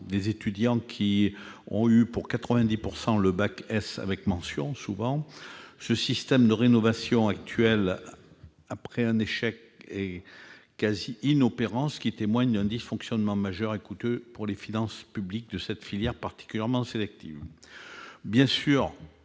des étudiants ont eu le bac S avec mention. Le système de réorientation actuel après un échec est quasi inopérant, ce qui témoigne d'un dysfonctionnement majeur, et coûteux pour les finances publiques, de cette filière particulièrement sélective. Bien sûr,